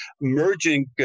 merging